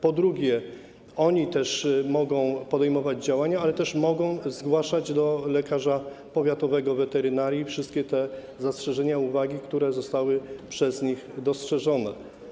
Po drugie, oni też mogą podejmować działania, a także zgłaszać do lekarza powiatowego weterynarii wszystkie te zastrzeżenia, uwagi, które zostały przez nich dostrzeżone.